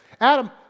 Adam